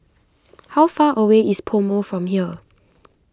how far away is PoMo from here